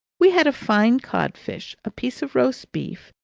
we had a fine cod-fish, a piece of roast beef,